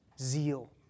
zeal